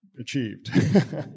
achieved